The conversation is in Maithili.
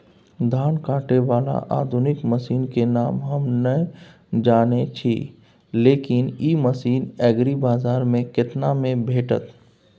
धान काटय बाला आधुनिक मसीन के नाम हम नय जानय छी, लेकिन इ मसीन एग्रीबाजार में केतना में भेटत?